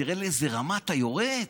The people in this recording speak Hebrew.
תראה לאיזו רמה אתה יורד.